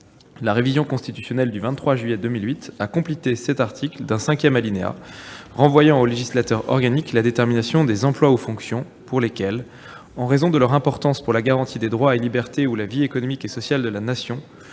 La révision constitutionnelle du 23 juillet 2008 a complété cet article d'un cinquième alinéa renvoyant au législateur organique la détermination des « emplois ou fonctions [...] pour lesquels, en raison de leur importance pour la garantie des droits et libertés ou la vie économique et sociale de la Nation,